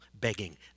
begging